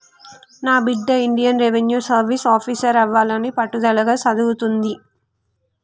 నా బిడ్డ Indian Revenue Service officer అవ్వాలని పట్టుదలగా సదువుతుంది